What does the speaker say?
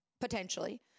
potentially